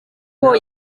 kuko